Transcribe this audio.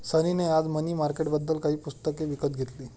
सनी ने आज मनी मार्केटबद्दल काही पुस्तके विकत घेतली